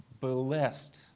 Blessed